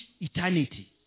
eternity